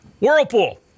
Whirlpool